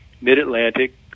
mid-Atlantic